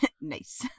Nice